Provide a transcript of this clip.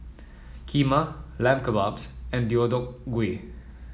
Kheema Lamb Kebabs and Deodeok Gui